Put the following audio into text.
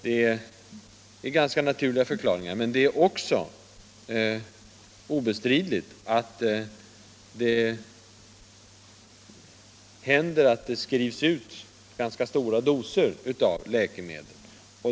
: Det är ganska naturliga förklaringar, men det är också obestridligt att det skrivs ut ganska stora doser av läkemedel.